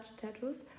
tattoos